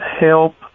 help